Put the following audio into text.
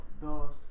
dos